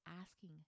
asking